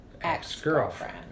ex-girlfriend